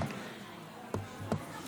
יעקב זה שם של רמייה.